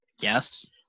Yes